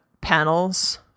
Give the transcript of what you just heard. panels